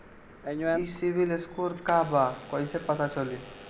ई CIBIL score का बा कइसे पता चली?